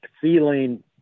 feeling